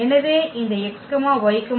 எனவே இந்த x y 0